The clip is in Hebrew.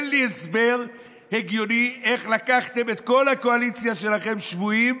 אין לי הסבר הגיוני איך לקחתם את כל הקואליציה שלכם שבויים,